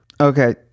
Okay